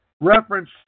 reference